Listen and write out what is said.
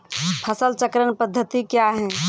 फसल चक्रण पद्धति क्या हैं?